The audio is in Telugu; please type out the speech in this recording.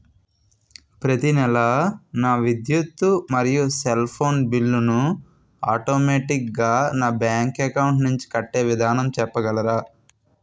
ప్రతి నెల నా విద్యుత్ మరియు సెల్ ఫోన్ బిల్లు ను ఆటోమేటిక్ గా నా బ్యాంక్ అకౌంట్ నుంచి కట్టే విధానం చెప్పగలరా?